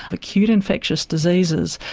acute infectious diseases,